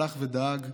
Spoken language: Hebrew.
הלך ודאג.